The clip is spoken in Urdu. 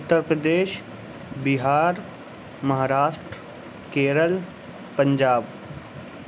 اتر پردیش بہار مہاراشٹر کیرل پنجاب